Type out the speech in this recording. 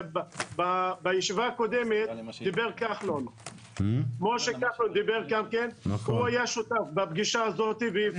בישיבה הקודמת משה כחלון דיבר והוא היה שותף בפגישה הזאת ואמר